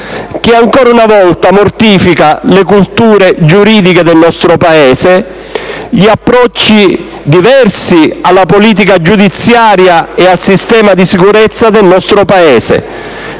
che ancora una volta mortifica le culture giuridiche del nostro Paese e gli approcci diversi alla politica giudiziaria e al sistema di sicurezza, comprime